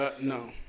no